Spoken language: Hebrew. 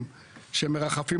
משך זמן החקירה ומה שזה,